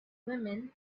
women